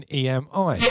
emi